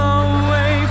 away